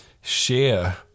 share